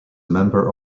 member